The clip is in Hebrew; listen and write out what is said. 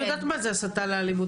אני יודעת מה זה הסתה לאלימות,